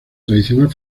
tradicional